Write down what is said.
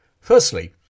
Firstly